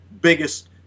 biggest